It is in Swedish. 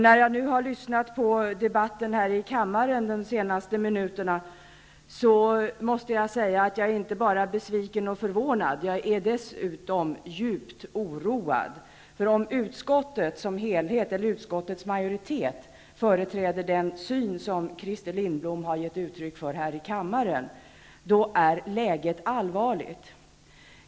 När jag nu har lyssnat på debatten här i kammaren de senaste minuterna måste jag säga att jag inte bara är besviken och förvånad utan dessutom djupt oroad. Om utskottets majoritet företräder den syn som Christer Lindblom har gett uttryck för här i kammaren är läget allvarligt.